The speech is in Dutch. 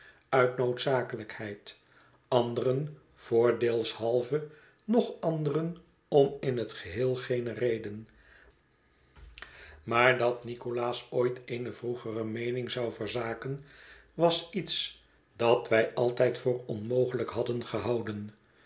uit noodzakelijkheid anderen voordeelshalve nog anderen om in het geheel geene reden maar dat nicholas ooit eene vroegere meening zou verzaken was iets dat wij altijd voor onmogelijk hadden gehouden